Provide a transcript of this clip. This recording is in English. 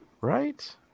Right